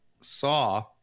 saw